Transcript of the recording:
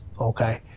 okay